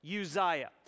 Uzziah